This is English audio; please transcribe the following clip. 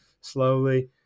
slowly